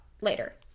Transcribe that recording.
later